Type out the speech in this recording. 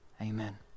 Amen